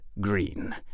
green